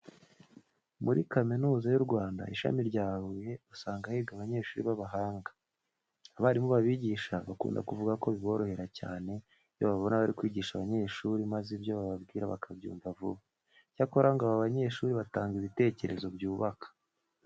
Muri Kaminuza y'u Rwanda, Ishami rya Huye usanga higa abanyeshuri b'abahanga. Abarimu babigisha bakunda kuvuga ko biborohera cyane iyo babona bari kwigisha abanyeshuri maze ibyo bababwira bakabyumva vuba. Icyakora ngo aba banyeshuri batanga ibitekerezo byubaka.